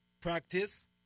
Practice